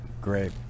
great